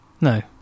No